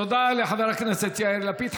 תודה לחבר הכנסת יאיר לפיד.